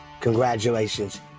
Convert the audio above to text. Congratulations